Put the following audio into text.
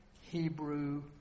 Hebrew